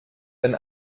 wenn